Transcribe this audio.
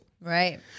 Right